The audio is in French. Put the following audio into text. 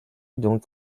donc